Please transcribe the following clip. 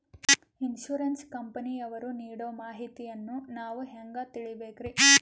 Insurance ಕಂಪನಿಯವರು ನೀಡೋ ಮಾಹಿತಿಯನ್ನು ನಾವು ಹೆಂಗಾ ತಿಳಿಬೇಕ್ರಿ?